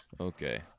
Okay